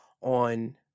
on